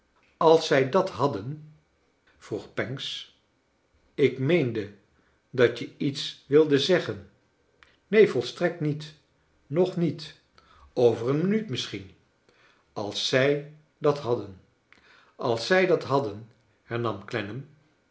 als zij dat hadden vroeg pancks ik meende dat je iets wilde zeggen neen volstrekt niet nog met over een minuut misschien als zrj dat hadden als zij dat hadden